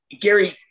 Gary